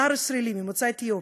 נער ישראלי ממוצא אתיופי,